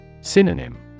Synonym